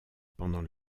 pendant